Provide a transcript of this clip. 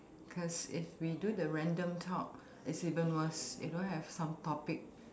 because if we do the random talk it's even worse they don't have some topic